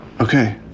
Okay